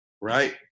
right